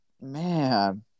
Man